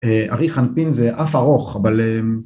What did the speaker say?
אריך אנפין זה אף ארוך אבל...